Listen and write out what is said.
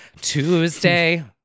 Tuesday